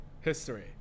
history